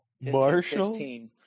Marshall